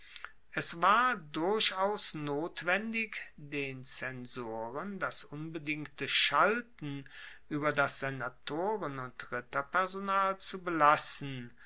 es war durchaus notwendig den zensoren das unbedingte schalten ueber das senatoren und ritterpersonal zu belassen